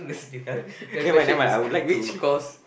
!huh! never mind never mind I would like to